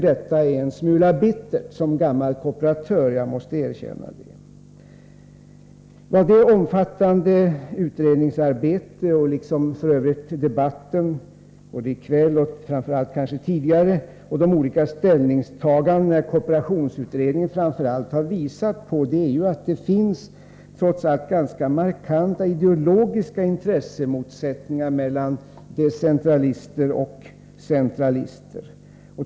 Som gammal kooperatör måste jag erkänna att detta känns en smula bittert. Kooperationsutredningens omfattande arbete har visat att det trots allt finns ganska markanta ideologiska intressemotsättningar mellan decentralister och centralister.